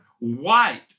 white